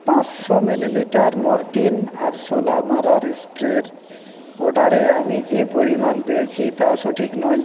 পাঁচশো millilitre Mortein আরশোলা মারার স্প্রের অর্ডারে আমি যে পরিমাণ পেয়েছি তা সঠিক নয়